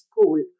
school